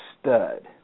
stud